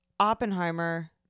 Oppenheimer